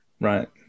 Right